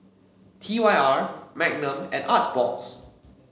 T Y R Magnum and Artbox